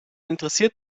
interessiert